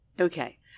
Okay